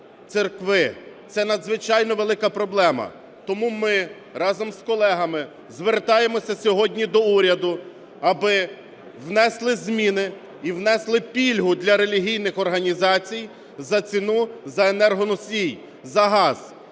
Це надзвичайно велика проблема. Тому ми разом з колегами звертаємося сьогодні до уряду, аби внесли зміни і внесли пільгу для релігійних організацій на ціну за енергоносії, за газ.